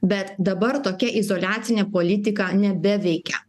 bet dabar tokia izoliacinė politika nebeveikia